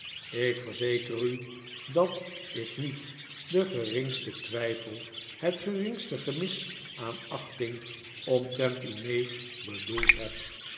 ik verzeker u dat ik niet den geringstentwyfel het geringste gemis aan achting omtrent uw neef bedoeld heb